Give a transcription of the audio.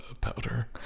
powder